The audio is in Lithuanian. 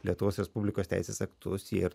lietuvos respublikos teisės aktus jie